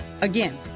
Again